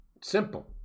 Simple